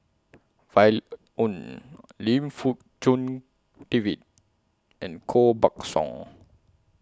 Oon Lim Fong Jock David and Koh Buck Song